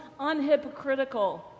unhypocritical